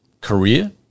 career